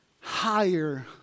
higher